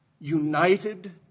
united